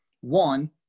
one